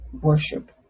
worship